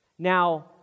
Now